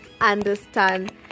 understand